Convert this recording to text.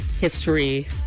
history